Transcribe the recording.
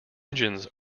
engines